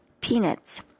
peanuts